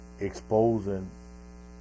exposing